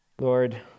Lord